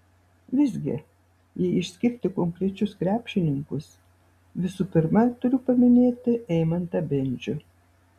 visgi jei išskirti konkrečius krepšininkus visų pirma turiu paminėti eimantą bendžių